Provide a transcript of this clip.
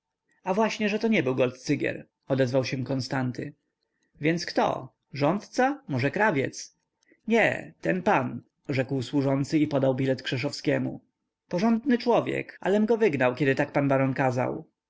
a właśnie że to nie był goldcygier odezwał się konstanty więc kto rządca może krawiec nie ten pan rzekł służący i podał bilet krzeszowskiemu porządny człowiek alem go wygnał kiedy tak pan baron